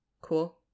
Cool